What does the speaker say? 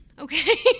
Okay